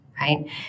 right